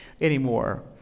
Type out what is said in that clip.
anymore